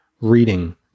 reading